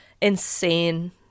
insane